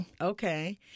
Okay